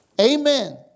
Amen